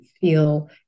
feel